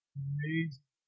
amazing